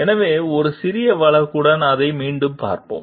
எனவே ஒரு சிறிய வழக்குடன் அதை மீண்டும் பார்ப்போம்